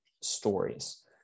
stories